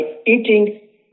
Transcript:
eating